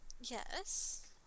Yes